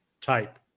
type